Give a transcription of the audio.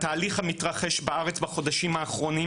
התהליך המתרחש בארץ בחודשים האחרונים,